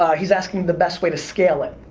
ah he's asking the best way to scale it.